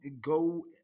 go